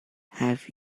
have